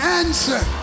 answer